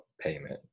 payment